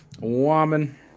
woman